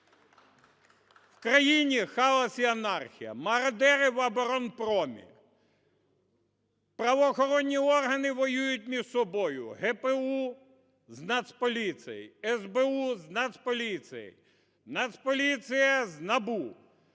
В країні хаос і анархія. Мародери в "Оборонпромі". Правоохоронні органи воюють між собою: ГПУ з Нацполіцією, СБУ з Нацполіцією, Нацполіція з НАБУ,